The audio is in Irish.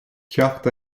ceacht